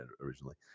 originally